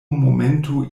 momento